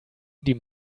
die